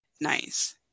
Nice